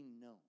known